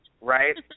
right